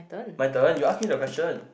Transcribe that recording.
my turn you ask me the question